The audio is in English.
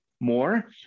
more